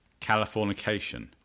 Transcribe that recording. Californication